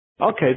Okay